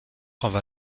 mettre